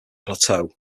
plateau